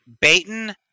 Baton